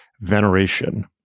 veneration